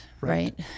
right